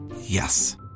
Yes